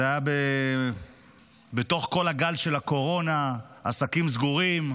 זה היה בתוך כל הגל של הקורונה, עסקים סגורים,